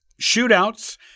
shootouts